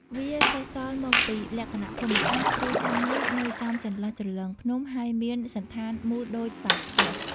វាសេសសល់មកពីលក្ខណៈភូមិសាស្ត្រ ព្រោះស្រះនេះ នៅចំចន្លោះជ្រលងភ្នំ ហើយមានសណ្ឋានមូលដូចបាតខ្ទះ។